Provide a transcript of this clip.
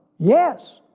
yes.